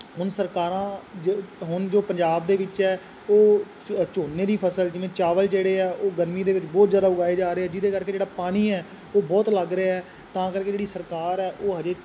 ਹੁਣ ਸਰਕਾਰਾਂ ਜ ਹੁਣ ਜੋ ਪੰਜਾਬ ਦੇ ਵਿੱਚ ਹੈ ਉਹ ਝ ਝੋਨੇ ਦੀ ਫ਼ਸਲ ਜਿਵੇਂ ਚਾਵਲ ਜਿਹੜੇ ਆ ਉਹ ਗਰਮੀ ਦੇ ਵਿੱਚ ਬਹੁਤ ਜ਼ਿਆਦਾ ਉਗਾਏ ਜਾ ਰਹੇ ਜਿਹਦੇ ਕਰਕੇ ਜਿਹੜਾ ਪਾਣੀ ਹੈ ਉਹ ਬਹੁਤ ਲੱਗ ਰਿਹਾ ਤਾਂ ਕਰਕੇ ਜਿਹੜੀ ਸਰਕਾਰ ਹੈ ਉਹ ਹਜੇ